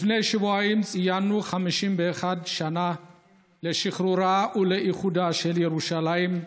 לפני שבועיים ציינו 51 שנה לשחרורה ולאיחודה של ירושלים,